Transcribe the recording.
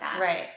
right